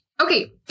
Okay